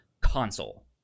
console